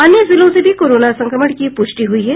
अन्य जिलों से भी कोरोना संक्रमण की पुष्टि हुई है